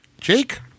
Jake